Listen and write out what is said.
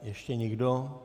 Ještě někdo?